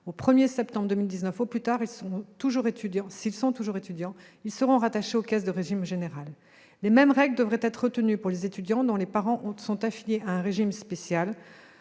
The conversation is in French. Au 1 septembre 2019 au plus tard, s'ils sont toujours étudiants, ils seront rattachés aux caisses du régime général. Les mêmes règles devraient être retenues pour les étudiants dont les parents sont affiliés à un régime spécial.